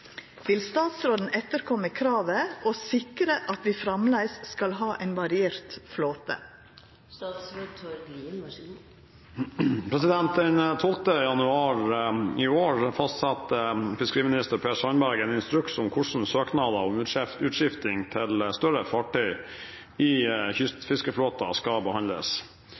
Vil statsråden etterkomme kravet, og sikre at vi framleis skal ha ein variert flåte?» Den 12. januar i år fastsatte fiskeriminister Per Sandberg en instruks om hvordan søknadene om utskifting til større fartøy i kystfiskeflåten skal behandles.